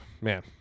man